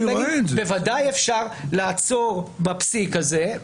בוודאי אפשר לעצור בפסיק הזה.